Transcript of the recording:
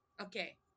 Okay